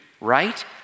right